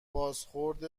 بازخورد